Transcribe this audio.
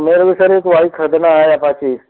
मेरे को सर एक वाइक ख़रीदना है अपाची